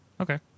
okay